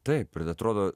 taip ir atrodo